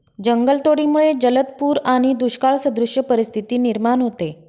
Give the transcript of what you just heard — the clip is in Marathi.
जंगलतोडीमुळे जलद पूर आणि दुष्काळसदृश परिस्थिती निर्माण होते